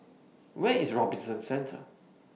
Where IS Robinson Centre